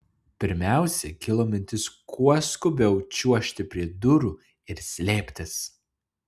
pirmiausia kilo mintis kuo skubiau čiuožti prie durų ir slėptis